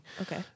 okay